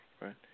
right